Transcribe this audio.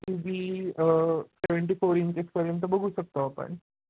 T V seventy four इंचेसपर्यंत बघू शकतो आपण